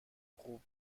خوب